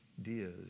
ideas